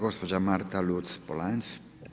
Gospođa Marta Luc-Polanc.